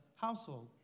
household